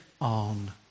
on